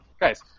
guys